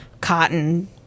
cotton